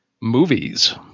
Movies